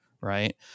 right